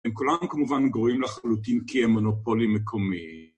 הם כולם כמובן גרועים לחלוטין כי הם מונופולים מקומיים.